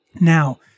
Now